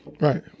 Right